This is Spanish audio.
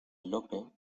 lope